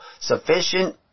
sufficient